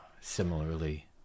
Similarly